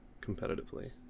competitively